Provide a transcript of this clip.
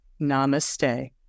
namaste